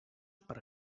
per